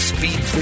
Speed